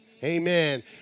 Amen